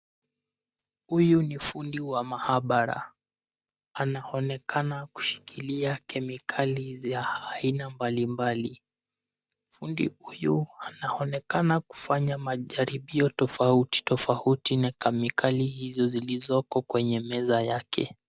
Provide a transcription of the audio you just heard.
Huyu ni fundi wa mahabara. Anaonekana kushikilia kemikali za aina mbalimbali. Fundi huyu anaonekana kufanya majaribio tofautitofauti na kemikali hizo zilizoko kwenye meza yake.